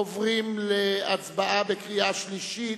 עוברים להצבעה בקריאה שלישית.